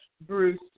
Bruce